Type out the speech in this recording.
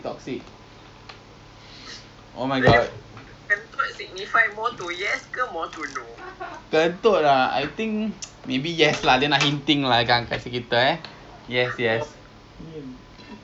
then after that we just lepak then because you say she want a weekend actually we can do another day where we can have everyone work together then we can cycle and all right so if you want maybe today we can just go somewhere to like lepak and makan lor